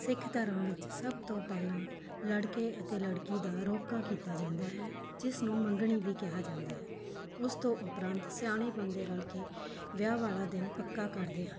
ਸਿੱਖ ਧਰਮ ਵਿੱਚ ਸਭ ਤੋਂ ਪਹਿਲਾਂ ਲੜਕੇ ਅਤੇ ਲੜਕੀ ਦਾ ਰੋਕਾ ਕੀਤਾ ਜਾਂਦਾ ਹੈ ਜਿਸ ਨੂੰ ਮੰਗਣੀ ਵੀ ਕਿਹਾ ਜਾਂਦਾ ਹੈ ਉਸ ਤੋਂ ਉਪਰੰਤ ਸਿਆਣੇ ਬੰਦੇ ਰਲ ਕੇ ਵਿਆਹ ਵਾਲਾ ਦਿਨ ਪੱਕਾ ਕਰਦੇ ਹਨ